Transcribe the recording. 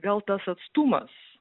gal tas atstumas